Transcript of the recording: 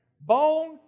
Bone